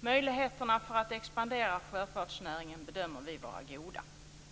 Möjligheterna att expandera sjöfartsnäringen bedömer vi vara goda.